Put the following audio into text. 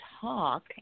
talk